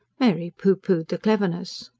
mary pooh-poohed the cleverness.